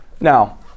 Now